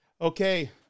Okay